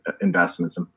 investments